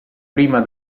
prima